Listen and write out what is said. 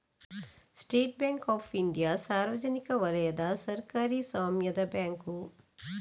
state Bank of India ಸಾರ್ವಜನಿಕ ವಲಯದ ಸರ್ಕಾರಿ ಸ್ವಾಮ್ಯದ ಬ್ಯಾಂಕು